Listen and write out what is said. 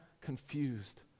confused